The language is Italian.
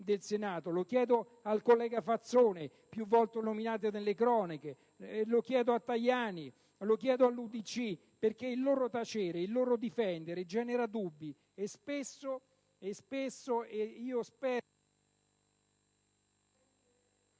lo chiedo al collega Fazzone, più volte nominato nelle cronache, lo chiedo a Tajani, lo chiedo all'UDC, perché il loro tacere, il loro difendere genera dubbi e io spero sempre